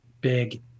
big